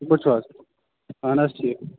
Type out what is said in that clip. ٹھیٖک پٲٹھۍ چھِو حظ اَہَن حظ ٹھیٖک